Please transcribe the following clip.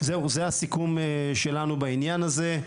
זהו זה הסיכום שלנו בעניין הזה.